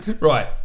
Right